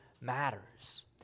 matters